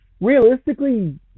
realistically